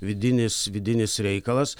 vidinis vidinis reikalas